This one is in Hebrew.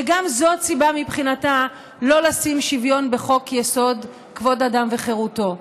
וגם זאת סיבה מבחינתה לא לשים שוויון בחוק-יסוד: כבוד האדם וחירותו.